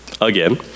again